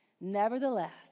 Nevertheless